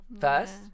first